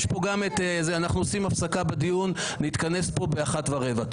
נעשה הפסקה בדיון, נתכנס פה ב-13:15.